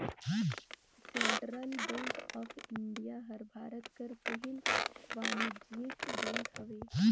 central bank of India हर भारत कर पहिल वानिज्यिक बेंक हवे